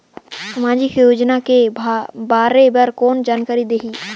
समाजिक योजना के बारे मे कोन जानकारी देही?